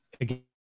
again